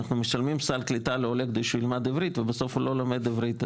אנחנו משלמים סל קליטה לעולה כדי שהוא ילמד עברית ובסוף הוא לומד עברית,